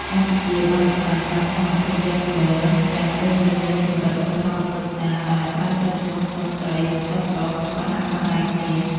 កម្ពុជាបានសម្រេចបានសមភាពយេនឌ័រយ៉ាងពេញលេញនៅកម្រិតបឋមសិក្សា ដោយអត្រាចុះឈ្មោះសិស្សស្រីនិងសិស្សប្រុសប្រហាក់ប្រហែលគ្នា។